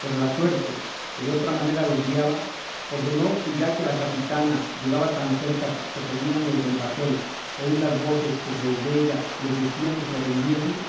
pero la suerte que de otra manera lo guiaba ordenó que ya que la capitana llegaba tan cerca que podían los del bajel oír las voces que desde ella les decían que se rindiesen